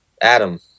Adam